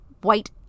white